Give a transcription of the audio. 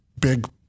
big